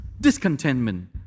discontentment